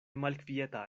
malkvieta